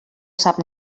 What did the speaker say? sap